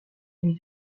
lui